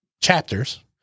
chapters